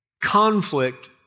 Conflict